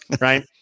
Right